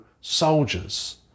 soldiers